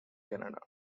canada